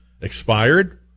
expired